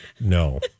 No